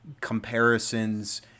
comparisons